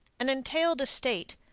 an entailed estate,